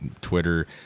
Twitter